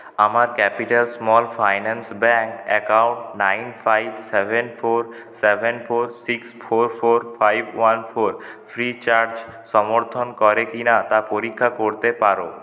আমার Capital Small Finance Bank account nine five seven four seven four six four four five one four Freecharge সমর্থন করে কিনা তা পরীক্ষা করতে পার